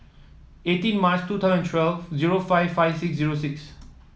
eighteen March two thousand twelve zero five five six zero six